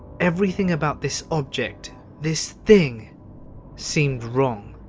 everything about this object this thing seemed wrong,